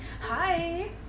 hi